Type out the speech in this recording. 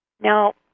Now